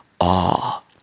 awe